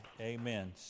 Amen